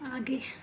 आगे